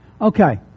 Okay